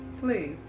Please